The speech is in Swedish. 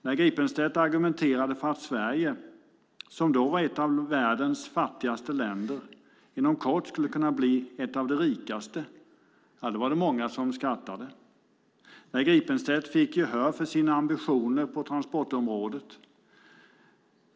När Gripenstedt argumenterade för att Sverige, som då var ett av världens fattigaste länder, inom kort skulle kunna bli ett av de rikaste var det många som skrattade. Men Gripenstedt fick gehör för sina ambitioner på transportområdet.